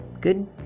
good